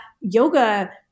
yoga